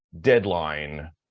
deadline